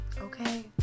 Okay